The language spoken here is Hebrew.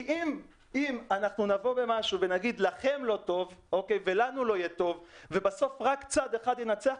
כי אם נבוא ונגיד: לכם לא טוב ולנו לא יהיה טוב ובסוף רק צד אחד ינצח,